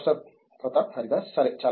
ప్రతాప్ హరిదాస్ సరే